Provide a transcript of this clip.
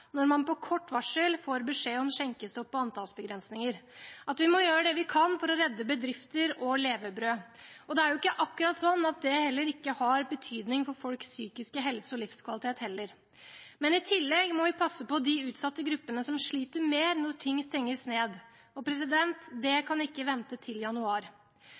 når man på kort varsel får beskjed om skjenkestopp og antallsbegrensninger – at vi må gjøre det vi kan for å redde bedrifter og levebrød. Det er heller ikke sånn at det ikke har betydning for folks psykiske helse og livskvalitet. Men i tillegg må vi passe på de utsatte gruppene som sliter mer når ting stenges ned, og det kan ikke vente til januar.